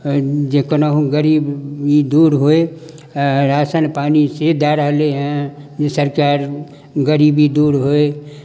जे कहुनाहुँ गरीबी दूर होय राशन पानी से दए रहलैहँ जे सरकार गरीबी दूर होय